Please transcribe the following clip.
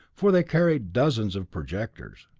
for they carried dozens of projectors,